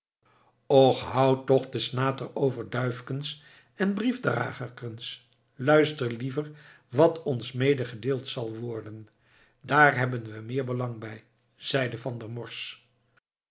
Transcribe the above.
och houd toch den snater over duifkens en briefdragerkens luister liever wat ons medegedeeld zal worden daar hebben we meer belang bij zeide van der morsch